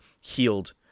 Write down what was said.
healed